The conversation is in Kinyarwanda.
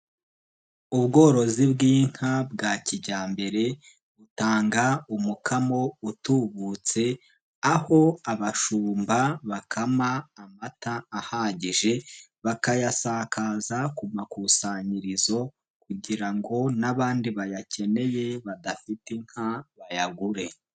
Ubworozi bw'inka bwa kijyambere, butanga umukamo utubutse ,aho abashumba bakama amata ahagije, bakayasakaza ku makusanyirizo kugira ngo n'abandi bayakeneye badafite inka bayagure.